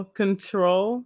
control